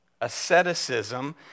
Asceticism